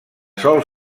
sol